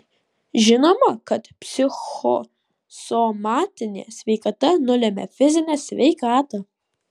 žinoma kad psichosomatinė sveikata nulemia fizinę sveikatą